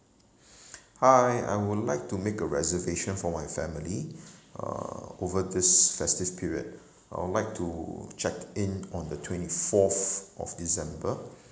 hi I would like to make a reservation for my family uh over this festive period I would like to check in on the twenty fourth of december